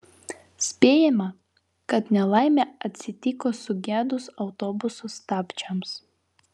spėjama kad nelaimė atsitiko sugedus autobuso stabdžiams